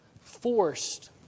forced